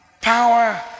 power